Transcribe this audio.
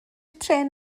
trên